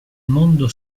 mondo